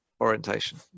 orientation